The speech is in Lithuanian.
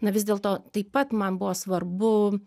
na vis dėlto taip pat man buvo svarbu